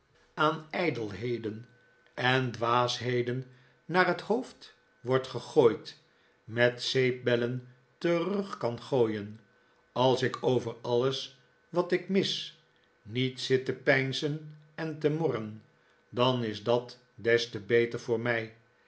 ijdelheden en dwaasheden naar het hoofd wordt gegooid met zeepbellen terug kan gooien als ik over alles wat ik mis niet zit te peinzen en te morren dan is dat des te beter voor mij